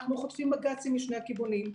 אנחנו חוטפים בג"צים משני הכיוונים.